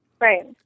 Right